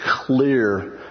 clear